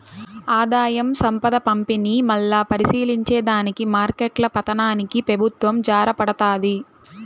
ఆదాయం, సంపద పంపిణీ, మల్లా పరిశీలించే దానికి మార్కెట్ల పతనానికి పెబుత్వం జారబడతాది